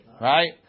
Right